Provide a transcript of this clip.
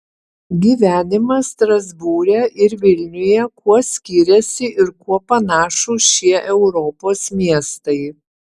gyvenimas strasbūre ir vilniuje kuo skiriasi ir kuo panašūs šie europos miestai